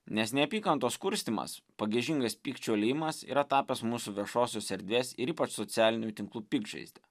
nes neapykantos kurstymas pagiežingas pykčio liejimas yra tapęs mūsų viešosios erdvės ir ypač socialinių tinklų piktžaizde